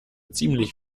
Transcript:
ziemlich